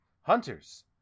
Hunters